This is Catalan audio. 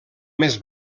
més